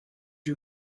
you